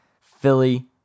Philly